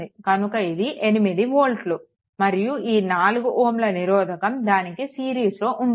కనుక ఇది 8 వోల్ట్లు మరియు ఈ 4 Ω నిరోధకం దానికి సిరీస్లో ఉంటుంది